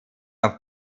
auf